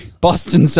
Boston